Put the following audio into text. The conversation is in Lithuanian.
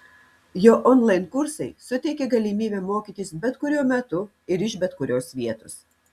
jo onlain kursai suteikė galimybę mokytis bet kuriuo metu ir iš bet kurios vietos